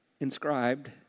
inscribed